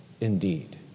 indeed